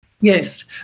Yes